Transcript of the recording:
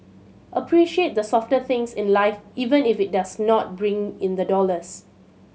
appreciate the softer things in life even if it does not bring in the dollars